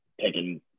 taking